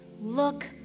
look